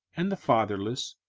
and the fatherless,